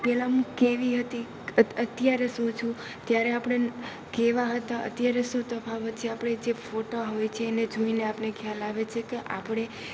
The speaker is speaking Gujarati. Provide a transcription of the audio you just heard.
પહેલાં હું કેવી હતી અત્યારે શું છું ત્યારે આપણે કેવાં હતાં અત્યારે શું તફાવત છે આપણે જે ફોટા હોય છે એને જોઈને આપણે ખ્યાલ આવે છે કે આપણે